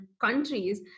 countries